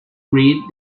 read